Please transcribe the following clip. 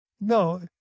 no